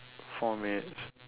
four minutes